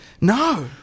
No